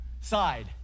side